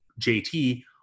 JT